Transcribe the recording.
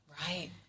Right